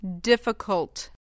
Difficult